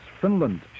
Finland